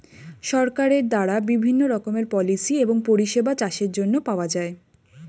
সরকারের দ্বারা বিভিন্ন রকমের পলিসি এবং পরিষেবা চাষের জন্য পাওয়া যায়